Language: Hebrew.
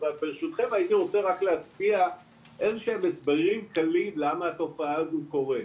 ברשותכם הייתי רוצה להציע איזה שהם הסברים קלים למה התופעה הזאת קורית.